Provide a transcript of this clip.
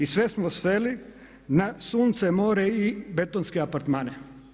Sve smo sveli na sunce, more i betonske apartmane.